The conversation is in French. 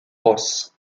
ross